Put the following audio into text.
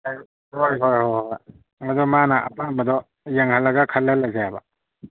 ꯍꯣꯏ ꯍꯣꯏ ꯍꯣꯏ ꯍꯣꯏ ꯑꯗꯨ ꯃꯥꯅ ꯑꯄꯥꯝꯕꯗꯣ ꯌꯦꯡꯍꯜꯂꯒ ꯈꯜꯍꯜꯂꯁꯦꯕ